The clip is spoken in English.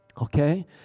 okay